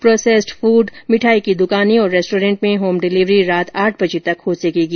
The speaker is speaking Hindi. प्रोसेस्ड फूड मिठाई की दुकानें और रेस्टोरेंट में होम डिलिवरी रात आठ बजे तक हो सकेगी